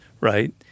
Right